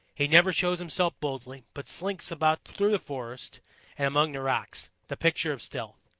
he never shows himself boldly, but slinks about through the forest and among the rocks, the picture of stealth.